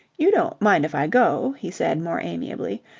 you don't mind if i go? he said more amiably.